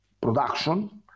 production